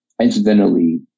incidentally